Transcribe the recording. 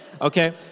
Okay